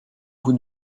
vous